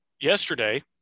yesterday